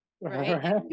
right